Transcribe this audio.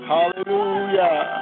Hallelujah